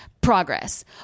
progress